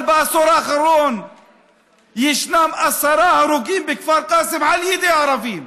אבל בעשור האחרון ישנם עשרה הרוגים בכפר קאסם על ידי ערבים,